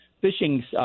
fishing